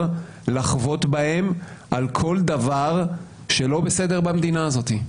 לחבוט בהם על כל דבר שלא בסדר במדינה הזאת.